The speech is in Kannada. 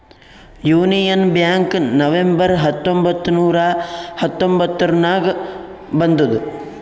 ಯೂನಿಯನ್ ಬ್ಯಾಂಕ್ ನವೆಂಬರ್ ಹತ್ತೊಂಬತ್ತ್ ನೂರಾ ಹತೊಂಬತ್ತುರ್ನಾಗ್ ಬಂದುದ್